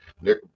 Nick